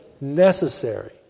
necessary